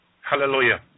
Hallelujah